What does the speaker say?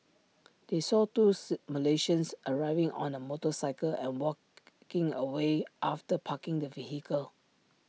they saw two's Malaysians arriving on A motorcycle and walking away after parking the vehicle